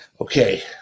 okay